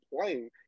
playing